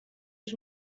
did